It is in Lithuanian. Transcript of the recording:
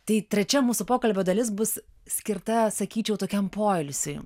tai trečia mūsų pokalbio dalis bus skirta sakyčiau tokiam poilsiui